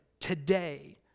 today